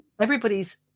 everybody's